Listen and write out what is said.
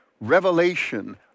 revelation